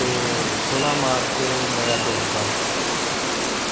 ते सोलां मार्च मेरे दोस्ता दा जन्मदिन होंदा ऐ